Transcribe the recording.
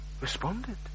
responded